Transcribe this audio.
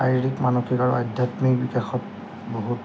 শাৰীৰিক মানসিক আৰু আধ্যাত্মিক বিকাশত বহুত